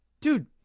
dude